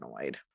annoyed